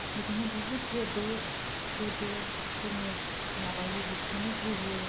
बिदिनो बुहुद जेदो जेदो जोङो माबायो बेखोनो होयो